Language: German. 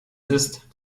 ist